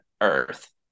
earth